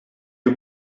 you